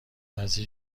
وزیر